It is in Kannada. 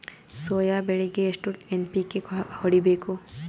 ಸೊಯಾ ಬೆಳಿಗಿ ಎಷ್ಟು ಎನ್.ಪಿ.ಕೆ ಹೊಡಿಬೇಕು?